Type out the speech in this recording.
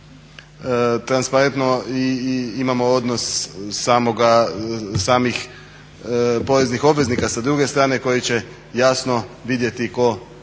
transparentno i imamo odnos samih poreznih obveznika sa druge strane koji će jasno vidjeti tko